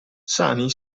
sani